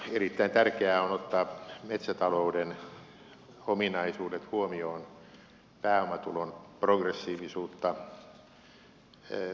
erittäin tärkeää on ottaa metsätalouden ominaisuudet huomioon pääomatulon progressiivisuutta käsiteltäessä